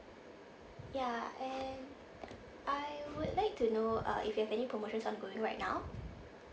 ya and I would like to know uh if you have any promotions ongoing right now